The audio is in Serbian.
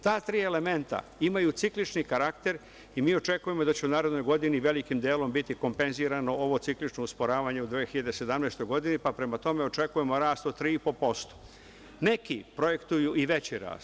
Ta tri elementa imaju ciklični karakter i mi očekujemo da će u narednoj godini velikim delom biti kompenzirano ovo ciklično usporavanje u 2017. godini i prema tome očekujemo rast od 3,5% Neki projektuju i veći rast.